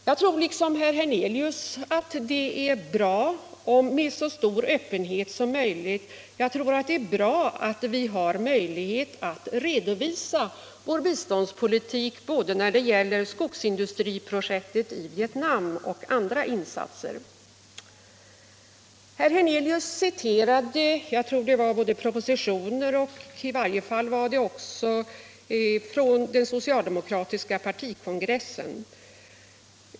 Jag tror liksom herr Hernelius att det är bra med så stor öppenhet som möjligt. Jag tror att det är bra att vi har möjlighet att redovisa vår biståndspolitik både när det gäller skogsindustriprojektet i Vietnam och andra insatser. Herr Hernelius framförde en del citat. Jag tror det var både propositioner och annat, och i varje fall kom en del från den socialdemokratiska partikongressen.